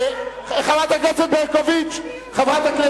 באמצע דיון.